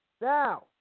Now